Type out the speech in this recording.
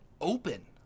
open